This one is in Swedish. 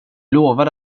lovade